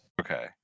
okay